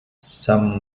some